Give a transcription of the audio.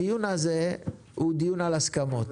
הדיון הזה הוא דיון על הסכמות,